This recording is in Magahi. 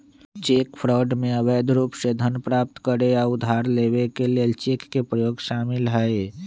चेक फ्रॉड में अवैध रूप से धन प्राप्त करे आऽ उधार लेबऐ के लेल चेक के प्रयोग शामिल हइ